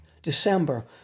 December